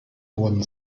wurden